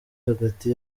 hagati